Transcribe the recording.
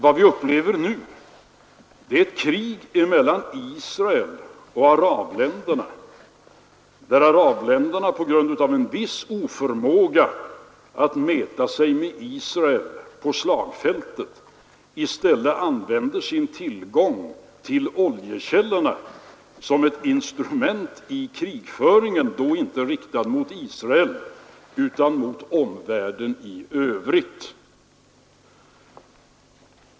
Vad vi upplever nu är ett krig mellan Israel och arabländerna, där arabländerna på grund av en viss oförmåga att mäta sig med Israel på slagfältet i stället använder sina oljekällor som ett instrument i krigföringen — men inte riktat mot Israel utan mot omvärlden i övrigt.